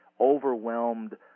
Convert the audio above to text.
overwhelmed